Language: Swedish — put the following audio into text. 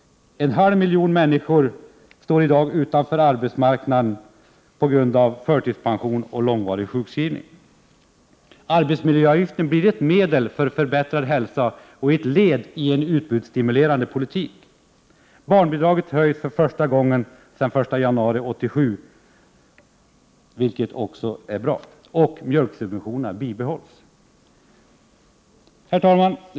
En halv miljon människor står i dag utanför arbetsmarknaden på grund av förtidspension och långvarig sjukskrivning. Arbetsmiljöavgiften blir ett medel för förbättrad hälsa och ett led i en utbudsstimulerande politik. Barnbidraget höjs för första gången sedan den 1 januari 1987, vilket också är bra. Dessutom bibehålls mjölksubventionerna. Herr talman!